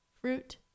fruit